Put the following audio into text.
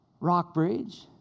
Rockbridge